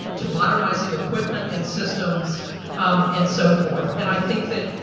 to modernizing equipment and systems and so forth. and i think that,